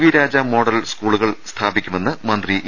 V Raja model സ്കൂളുകൾ സ്ഥാപിക്കുമെന്ന് മന്ത്രി ഇ